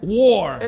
war